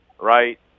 right